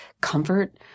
comfort